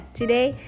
today